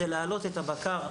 על קבלת רישיון נהיגה כדי לנהוג,